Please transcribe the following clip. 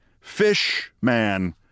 Fishman